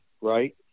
right